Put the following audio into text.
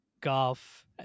golf